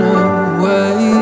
away